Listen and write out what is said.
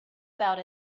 about